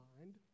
mind